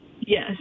Yes